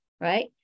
right